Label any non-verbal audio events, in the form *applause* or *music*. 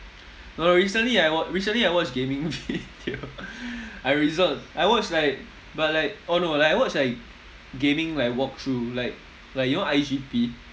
no no recently I watch recently I watch gaming video *laughs* I resort I watch like but like oh no like I watch like gaming like walk through like like you know I_G_P